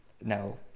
No